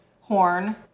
horn